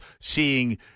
Seeing